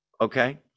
okay